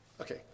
Okay